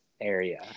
area